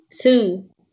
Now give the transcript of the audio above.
Two